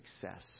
success